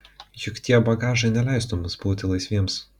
juk tie bagažai neleistų mums būti laisviems